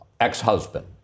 ex-husband